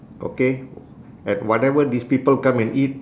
okay at whatever these people come and eat